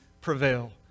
prevail